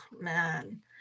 man